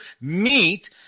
meet